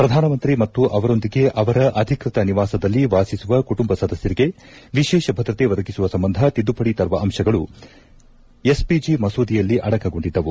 ಪ್ರಧಾನಮಂತ್ರಿ ಮತ್ತು ಅವರೊಂದಿಗೆ ಅವರ ಅಧಿಕೃತ ನಿವಾಸದಲ್ಲಿ ವಾಸಿಸುವ ಕುಟುಂಬ ಸದಸ್ಯರಿಗೆ ವಿಶೇಷ ಭದ್ರತೆ ಒದಗಿಸುವ ಸಂಬಂಧ ತಿದ್ದುಪಡಿ ತರುವ ಅಂಶಗಳು ಎಸ್ಪಿಜಿ ಮಸೂದೆಯಲ್ಲಿ ಅಡಕಗೊಂಡಿದ್ದವು